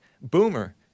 boomer